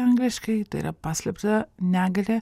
angliškai tai yra paslėpta negalia